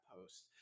post